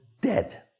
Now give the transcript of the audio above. dead